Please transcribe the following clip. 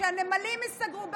כשהנמלים ייסגרו,